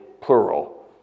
plural